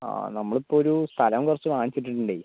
ആ നമ്മളിപ്പോൾ ഒരു സ്ഥലം കുറച്ചു വാങ്ങിച്ചിട്ടിട്ടുണ്ടേ